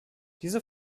diese